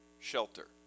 shelter